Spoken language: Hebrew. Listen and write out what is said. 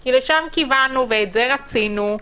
כי לשם כיוונו, ואת זה רצינו,